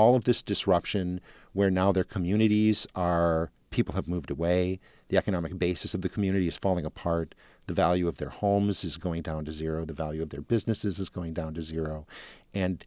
all of this disruption where now their communities are people have moved away the economic basis of the community is falling apart the value of their homes is going down to zero the value of their businesses is going down to zero and